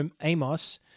Amos